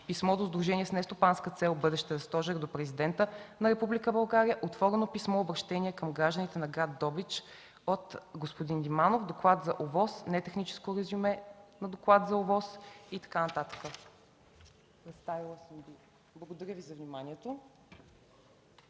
писмо от Сдружение с нестопанска цел „Бъдеще за Стожер” до Президента на Република България; отворено писмо-обръщение към гражданите на град Добрич от господин Диманов; доклад за ОВОС; нетехническо резюме на доклад за ОВОС и така нататък. Благодаря за вниманието.